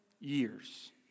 years